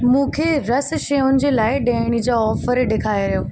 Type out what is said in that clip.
मूंखे रस शयुनि जे लाइ ॾियण जा ऑफर ॾेखारियो